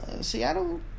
Seattle